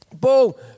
Paul